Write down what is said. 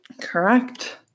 Correct